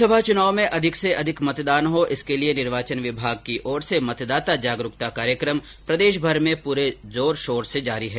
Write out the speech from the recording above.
लोकसभा चुनाव में अधिक से अधिक मतदान हो इसके लिए निर्वाचन विभाग की ओर से मतदाता जागरुकता कार्यक्रम प्रदेशभर में पूरे जोर शोर से जारी है